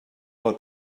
pel